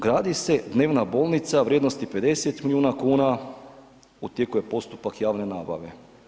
Gradi se dnevna bolnica vrijednosti 50 milijuna kuna, u tijeku je postupak javne nabave.